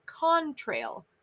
contrail